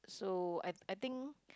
so I I think